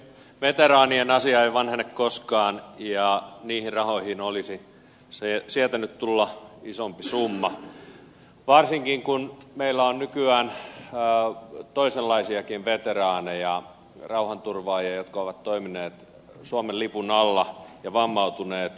veteraanien asia ei vanhene koskaan ja niihin rahoihin olisi sietänyt tulla isompi summa varsinkin kun meillä on nykyään toisenlaisiakin veteraaneja rauhanturvaajia jotka ovat toimineet suomen lipun alla ja vammautuneet